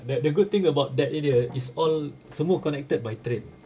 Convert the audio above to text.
that the good thing about that area is all semua connected by train